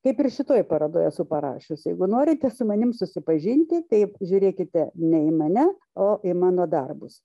kaip ir šitoj parodoj esu parašius jeigu norite su manim susipažinti tai žiūrėkite ne į mane o į mano darbus